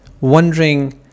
wondering